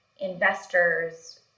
investors